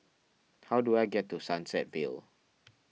how do I get to Sunset Vale